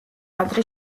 ადრე